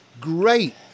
great